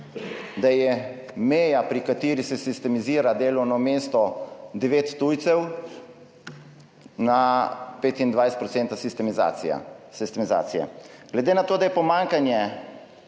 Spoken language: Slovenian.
da je meja, pri kateri se sistemizira delovno mesto, devet tujcev na 25 % sistemizacije. Glede na to, da je pomanjkanje